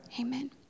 Amen